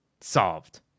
solved